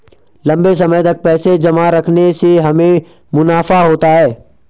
लंबे समय तक पैसे जमा रखने से हमें मुनाफा होता है